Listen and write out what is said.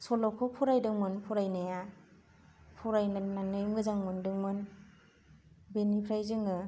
सल'खौ फरायदोंमोन फरायनाया फरायनो मोननानै मोजां मोनदोंमोन बेनिफ्राय जोङो